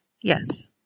Yes